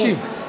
תקשיב.